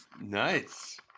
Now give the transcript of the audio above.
nice